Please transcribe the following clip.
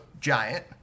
giant